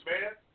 man